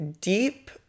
deep